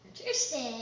Interesting